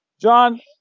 John